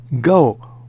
Go